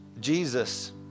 Jesus